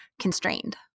constrained